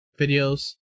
videos